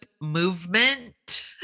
movement